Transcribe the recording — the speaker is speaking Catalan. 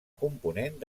component